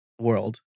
world